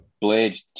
Blade